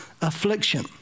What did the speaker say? affliction